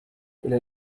إلى